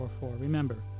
Remember